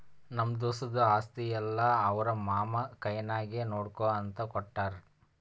ನಮ್ಮ ದೋಸ್ತದು ಆಸ್ತಿ ಎಲ್ಲಾ ಅವ್ರ ಮಾಮಾ ಕೈನಾಗೆ ನೋಡ್ಕೋ ಅಂತ ಕೊಟ್ಟಾರ್